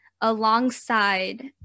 alongside